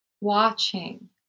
Watching